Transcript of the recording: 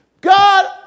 God